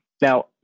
Now